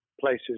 places